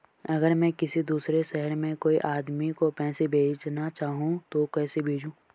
अगर मैं किसी दूसरे शहर में कोई आदमी को पैसे भेजना चाहूँ तो कैसे भेजूँ?